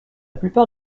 plupart